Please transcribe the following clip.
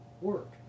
work